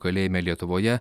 kalėjime lietuvoje